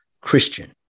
Christian